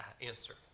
answer